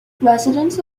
residents